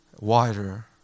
wider